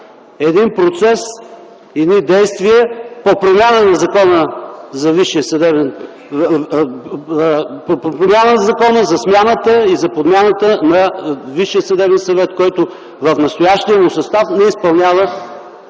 един процес, едни действия по промяна на Закона за смяната и за подмяната на Висшия съдебен съвет, който в настоящия му състав не изпълнява